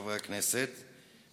חברי הכנסת,